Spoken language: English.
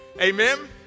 Amen